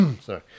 Sorry